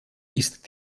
ist